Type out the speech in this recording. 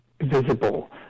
visible